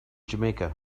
jamaica